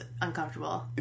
uncomfortable